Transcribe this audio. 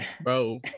Bro